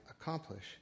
accomplish